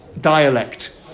dialect